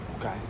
Okay